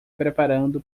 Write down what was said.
preparando